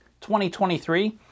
2023